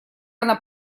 она